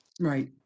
Right